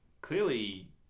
Clearly